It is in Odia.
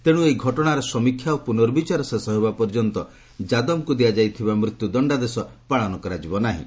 ତେଣୁ ଏହି ଘଟଣାର ସମୀକ୍ଷା ଓ ପୁନର୍ବଚାର ଶେଷ ହେବା ପର୍ଯ୍ୟନ୍ତ ଯାଦବଙ୍କୁ ଦିଆଯାଇଥିବା ମୃତ୍ୟୁ ଦଶ୍ଚାଦେଶ ପାଳନ କରାଯିବ ନାହିଁ